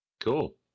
cool